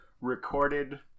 recorded